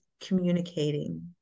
communicating